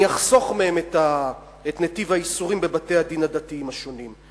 אני אחסוך מהם את נתיב הייסורים בבתי-הדין הדתיים השונים.